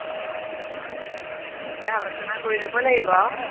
তাকে আলোচনা কৰি ল'ব লাগিব আৰু